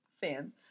fans